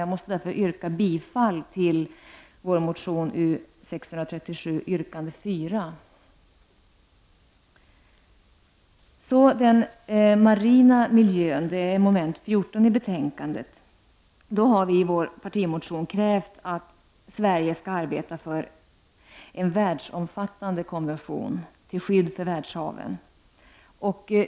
Jag måste därför yrka bifall till vår motion U637, yrkande 4. Så den marina miljön, mom. 14 i betänkandet. Vi har i vår partimotion krävt att Sverige skall arbeta för en världsomfattande konvention till skydd för världshaven.